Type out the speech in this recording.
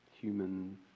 human